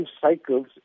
cycles